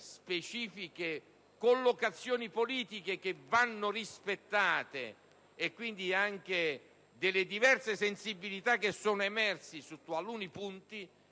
specifiche collocazioni politiche, che vanno rispettate, e quindi anche delle diverse sensibilità che sono emerse su taluni punti,